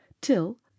till